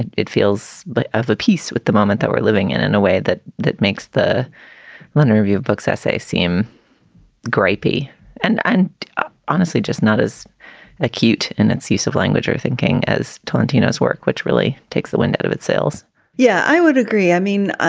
it it feels but have peace with the moment that we're living in in a way that that makes the london review of books essays seem grippy and and ah honestly just not as acute in its use of language or thinking as tarantino's work, which really takes the wind out of its sails yeah, i would agree. i mean, ah